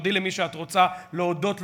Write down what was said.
תודי למי שאת רוצה להודות לו,